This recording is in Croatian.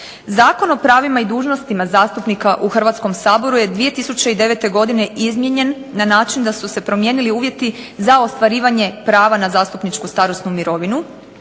Zakon o pravima i dužnostima zastupnika u Hrvatskom saboru je 2009. godine izmijenjen na način da su se promijenili uvjeti za ostvarivanje prava na zastupničku starosnu mirovinu